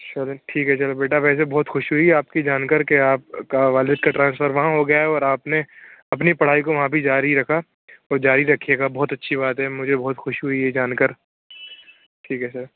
چلو ٹھیک ہے چلو بیٹا ویسے بہت خوشی ہوئی آپ کی جان کر کہ آپ کا والد کا ٹرانسفر وہاں ہو گیا ہے اور آپ نے اپنی پڑھائی کو وہاں بھی جاری رکھا اور جاری رکھیے گا بہت اچھی بات ہے مجھے بہت خوشی ہوئی یہ جان کر ٹھیک ہے سر